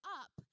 up